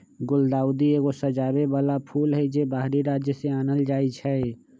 गुलदाऊदी एगो सजाबे बला फूल हई, जे बाहरी राज्य से आनल जाइ छै